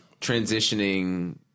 transitioning